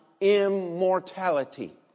immortality